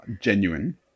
genuine